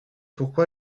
pourquoi